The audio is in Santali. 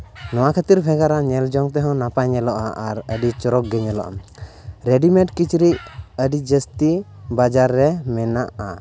ᱱᱚᱣᱟ ᱠᱷᱟᱹᱛᱤᱨ ᱧᱮᱞ ᱡᱚᱝ ᱛᱮᱦᱚᱸ ᱱᱟᱯᱟᱭ ᱧᱮᱞᱚᱜᱼᱟ ᱟᱨ ᱟᱹᱰᱤ ᱪᱚᱨᱚᱠ ᱜᱮ ᱧᱮᱞᱚᱜᱼᱟ ᱨᱮᱰᱤᱢᱮᱰ ᱠᱤᱪᱨᱤᱡ ᱟᱹᱰᱤ ᱡᱟᱹᱥᱛᱤ ᱵᱟᱡᱟᱨ ᱨᱮ ᱢᱮᱱᱟᱜᱼᱟ